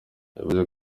yavuze